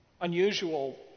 unusual